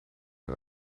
een